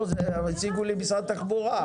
לא, הציגו לי ממשרד התחבורה.